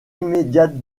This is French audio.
immédiate